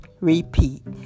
Repeat